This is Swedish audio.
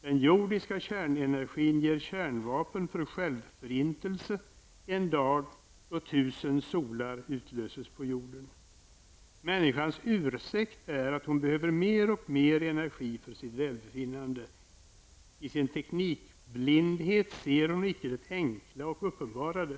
Den jordiska kärnenergin ger kärnvapen för självförintelse en dag, då ''tusen solar utlöses på jorden''. Människans ursäkt är att hon behöver mer och mer energi för sitt välbefinnande. I sin teknikblindhet ser hon inte det enkla och uppenbarade.